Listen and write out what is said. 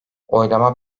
oylama